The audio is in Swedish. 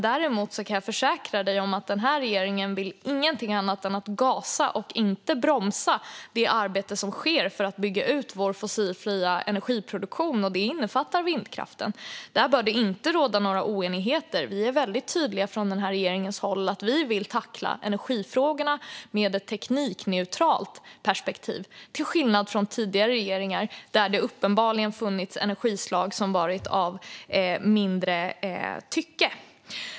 Däremot kan jag försäkra dig om att den här regeringen vill ingenting annat än att gasa, inte bromsa, det arbete som sker för att bygga ut vår fossilfria energiproduktion. Det innefattar vindkraften. Där råder inga oenigheter. Regeringen är tydlig med att vi vill tackla energifrågorna med ett teknikneutralt perspektiv, till skillnad från tidigare regeringar där det uppenbarligen har funnits energislag som har varit av mindre tycke.